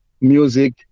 music